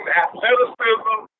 athleticism